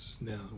Now